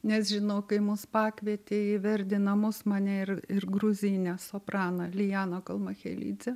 nes žinau kai mus pakvietė į verdi namus mane ir ir gruzinę sopraną lianą kalmacheliti